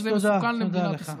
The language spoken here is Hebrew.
וזה מסוכן למדינת ישראל.